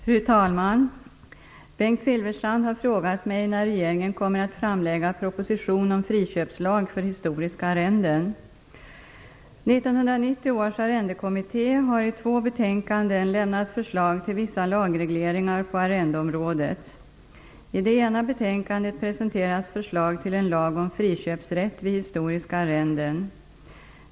Fru talman! Bengt Silfverstrand har frågat mig när regeringen kommer att framlägga proposition om friköpslag för historiska arrenden. 1990 års arrendekommitté har i två betänkanden lämnat förslag till vissa lagregleringar på arrendeområdet. I det ena betänkandet presenteras förslag till en lag om friköpsrätt vid historiska arrenden.